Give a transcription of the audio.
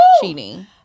cheating